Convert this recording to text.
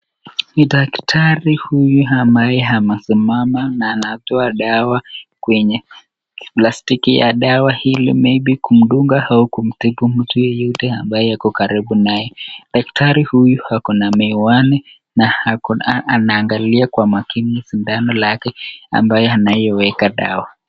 Daktari huyu ambaye amesimama na anatoa dawa plastiki ya dawa hili maybe kumdunga ama kumtibu mtu yeyote ambaye ako karibu na yeye. Dakatari huyu ako na miwani na ako anaangalia kwa makini sindano yake ambayo anaiweka dawa.